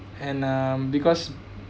and um because